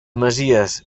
masies